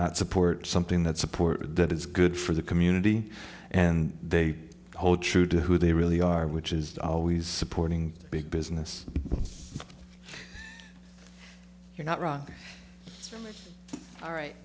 not support something that support that is good for the community and they hold true to who they really are which is always supporting big business you're not wrong all right